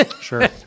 Sure